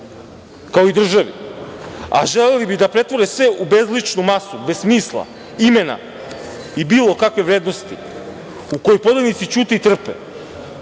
kao i državi, a želeli bi da pretvore sve u bezličnu masu bez smisla, imena i bilo kakve vrednosti u kojoj podanici ćute i trpe